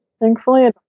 Thankfully